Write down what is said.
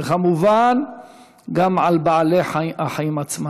וכמובן גם על בעלי החיים עצמם.